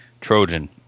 Trojan